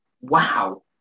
Wow